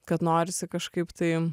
kad norisi kažkaip tai